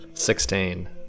Sixteen